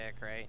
right